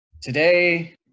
Today